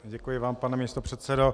Děkuji vám, pane místopředsedo.